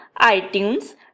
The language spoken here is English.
iTunes